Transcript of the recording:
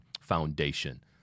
Foundation